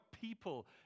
people